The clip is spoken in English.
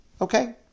Okay